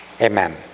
Amen